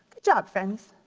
job friends.